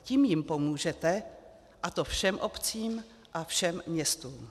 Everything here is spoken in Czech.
Tím jim pomůžete, a to všem obcím a všem městům.